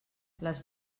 les